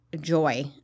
joy